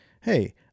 hey